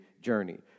journey